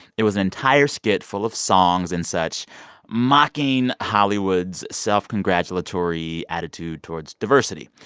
it was an entire skit full of songs and such mocking hollywood's self-congratulatory attitude towards diversity.